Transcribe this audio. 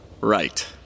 Right